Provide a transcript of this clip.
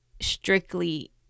strictly